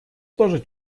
тоже